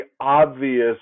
obvious